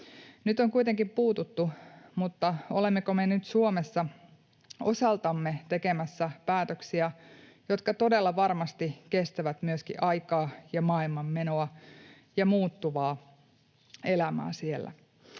Nyt on kuitenkin puututtu, mutta olemmeko me nyt Suomessa osaltamme tekemässä päätöksiä, jotka todella varmasti kestävät myöskin aikaa ja maailman menoa ja muuttuvaa elämää siellä?